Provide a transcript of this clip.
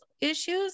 issues